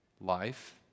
life